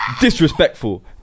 disrespectful